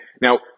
Now